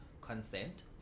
consent